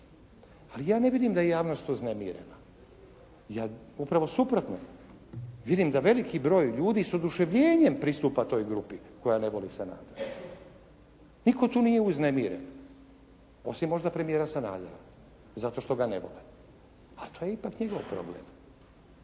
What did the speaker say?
Ali ja ne vidim da je javnost uznemirena, ja upravo suprotno. Vidim da veliki broj ljudi sa oduševljenjem pristupa toj grupi koja ne voli Sanadera. Nitko tu nije uznemiren, osim možda premijera Sanadera, zato što ga ne vole. Ali to je ipak njego problem.